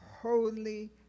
Holy